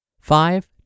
Five